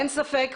אין ספק,